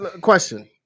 question